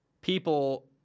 people